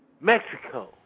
Mexico